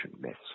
myths